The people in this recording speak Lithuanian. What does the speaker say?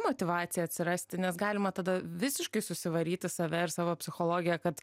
motyvacija atsirasti nes galima tada visiškai susivaryti save ir savo psichologiją kad